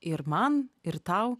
ir man ir tau